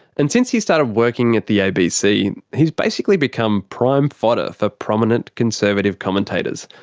and since he started working at the abc, he's basically become prime fodder for prominent conservative commentators.